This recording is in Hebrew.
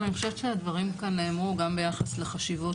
אני חושבת שהדברים כאן נאמרו גם ביחס לחשיבות